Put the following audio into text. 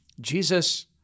Jesus